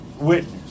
witness